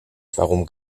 warum